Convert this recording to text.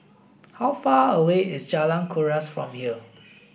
how far away is Jalan Kuras from here